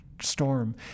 storm